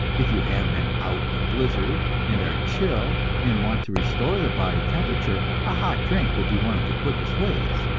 if you have been out in a blizzard, and are chilled, and want to restore the body temperature, a hot drink will be one of the quickest ways,